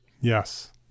yes